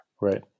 Right